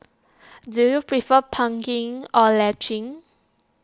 do you prefer pumping or latching